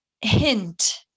hint